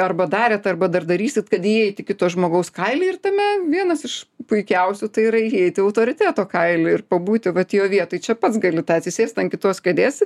arba darėt arba dar darysit kad įeit į kito žmogaus kailį ir tame vienas iš puikiausių tai yra įeit į autoriteto kailį ir pabūti vat jo vietoj čia pats gali tą atsisėst ant kitos kėdės